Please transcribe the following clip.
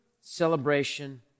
celebration